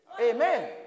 Amen